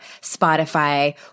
Spotify